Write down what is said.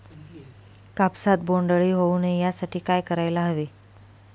कापसात बोंडअळी होऊ नये यासाठी काय करायला हवे?